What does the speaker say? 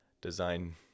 design